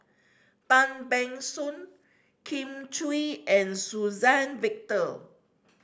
Tan Ban Soon Kin Chui and Suzann Victor